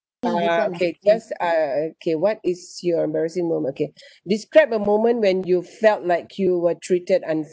(uh huh) okay cause uh okay what is your embarrassing moment okay describe a moment when you felt like you were treated unfairly